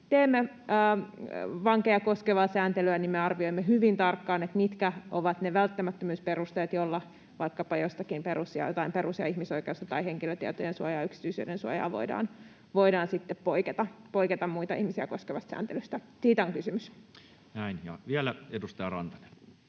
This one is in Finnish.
teemme vankeja koskevaa sääntelyä, niin me arvioimme hyvin tarkkaan, mitkä ovat ne välttämättömyysperusteet, joilla vaikkapa jossakin perus- ja ihmisoikeudessa tai henkilötietojen suojassa, yksityisyydensuojassa voidaan sitten poiketa muita ihmisiä koskevasta sääntelystä. Siitä on kysymys. [Speech 129] Speaker: